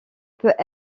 peut